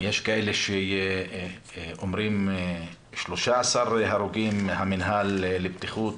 יש כאלה שאומרים 13 הרוגים, המינהל לבטיחות,